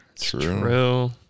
True